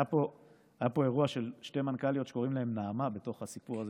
היה פה אירוע של שתי מנכ"ליות שקוראים להן נעמה בתוך הסיפור הזה,